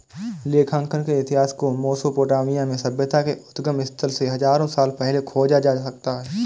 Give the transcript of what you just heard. लेखांकन के इतिहास को मेसोपोटामिया में सभ्यता के उद्गम स्थल से हजारों साल पहले खोजा जा सकता हैं